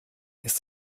ist